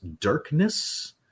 darkness